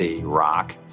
rock